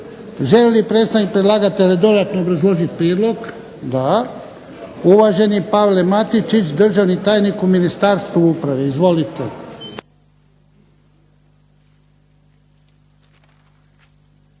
li predstavnik predlagatelja dodatno obrazložiti prijedlog? Da. Uvaženi Pavle Matičić, državni tajnik u Ministarstvu uprave. Izvolite.